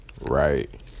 Right